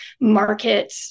market